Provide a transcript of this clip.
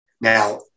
now